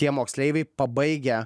tie moksleiviai pabaigę